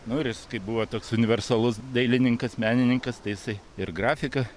nu ir jis kai buvo toks universalus dailininkas menininkas tai jisai ir grafiką